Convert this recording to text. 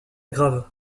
grave